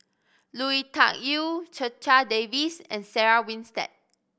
Lui Tuck Yew Checha Davies and Sarah Winstedt